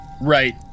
Right